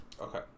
Okay